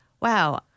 wow